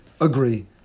agree